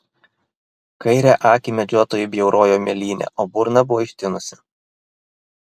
kairę akį medžiotojui bjaurojo mėlynė o burna buvo ištinusi